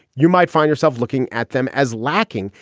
you might find yourself looking at them as lacking.